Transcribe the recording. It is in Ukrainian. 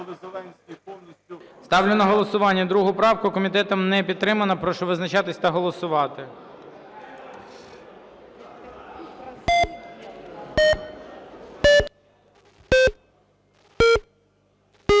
Ставлю на голосування 2 правку. Комітетом не підтримана. Прошу визначатись та голосувати.